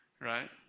right